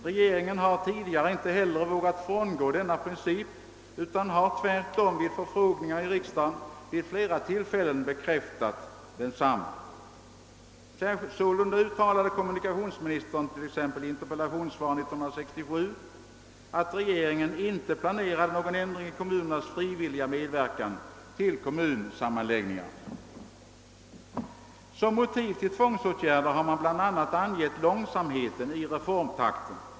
Regeringen har tidigare inte heller vågat frångå denna princip, utan har tvärtom vid förfrågningar i riksdagen vid flera tillfällen bekräftat densamma. Sålunda uttalade kommunikationsministern i ett interpellationssvar 1967 att regeringen inte planerade någon ändring i kommunernas frivilliga medverkan till kommunsammanläggningar. Som motiv till tvångsåtgärder har man bl.a. angett långsamheten i reformtakten.